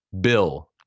Bill